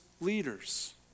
leaders